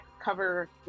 cover